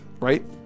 right